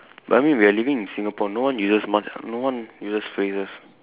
but I mean we are living in Singapore no one uses not no one uses phrases